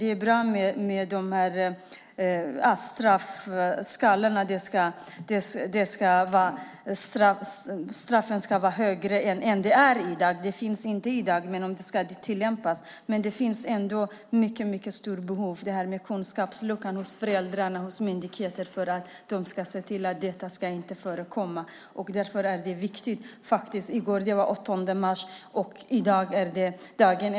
Det är bra att straffskalorna ska höjas, att straffen ska bli högre än de är i dag. Det finns ett stort behov att fylla igen föräldrarnas och myndigheternas kunskapsluckor, att se till att detta inte ska förekomma. Därför är det viktigt att skärpa lagen. I går var det den 8 mars, internationella kvinnodagen.